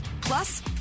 Plus